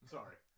Sorry